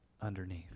underneath